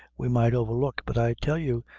we might overlook but i tell you,